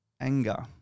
anger